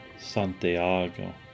Santiago